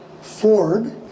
Ford